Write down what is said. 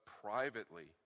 privately